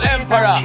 Emperor